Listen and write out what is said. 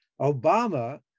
Obama